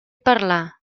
parlar